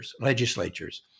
legislatures